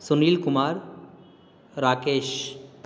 Sunil Kumar Rakesh